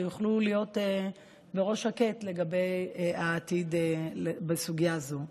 שהם יוכלו להיות בראש שקט לגבי העתיד בסוגיה זו.